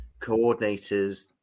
coordinators –